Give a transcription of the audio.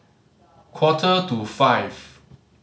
quarter to five